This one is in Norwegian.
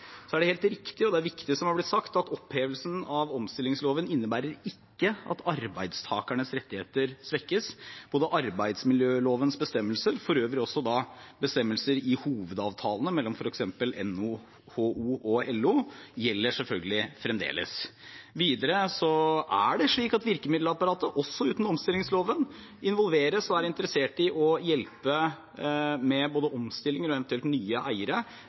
er helt riktig, og det er viktig, det som er blitt sagt, at opphevelsen av omstillingsloven ikke innebærer at arbeidstakernes rettigheter svekkes. Både arbeidsmiljølovens bestemmelser og bestemmelser i hovedavtalene, f.eks. mellom NHO og LO, gjelder selvfølgelig fremdeles. Videre er det slik at virkemiddelapparatet også uten omstillingsloven involveres og er interessert i å hjelpe med både omstilling og eventuelt nye eiere